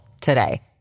today